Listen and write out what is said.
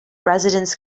residents